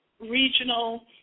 regional